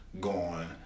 gone